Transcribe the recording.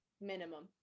Minimum